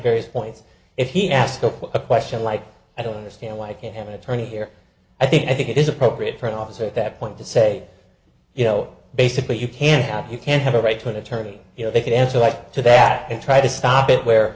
various points if he ask a question like i don't understand why i can't have an attorney here i think i think it is appropriate for an officer at that point to say you know basically you can't you can't have a right to an attorney you know they could answer to that and try to stop it where